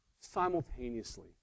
simultaneously